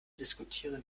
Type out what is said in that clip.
diskutieren